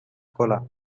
cola